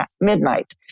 Midnight